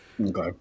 okay